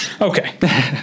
Okay